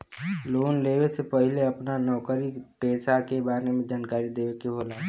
Loan लेवे से पहिले अपना नौकरी पेसा के बारे मे जानकारी देवे के होला?